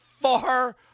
far